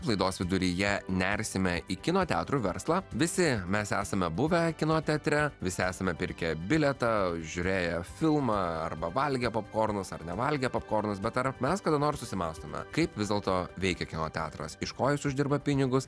laidos viduryje nersime į kino teatrų verslą visi mes esame buvę kino teatre visi esame pirkę bilietą žiūrėję filmą arba valgę popkornus ar nevalgę popkornus bet ar mes kada nors susimąstome kaip vis dėlto veikė kino teatras iš ko jis uždirba pinigus